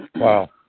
Wow